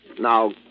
Now